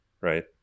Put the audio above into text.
right